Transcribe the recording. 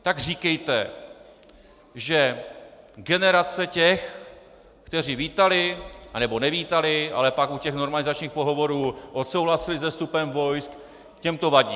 Tak říkejte, že generace těch, kteří vítali a nebo nevítali, ale pak u těch normalizačních pohovorů souhlasili se vstupem vojsk, těm to vadí.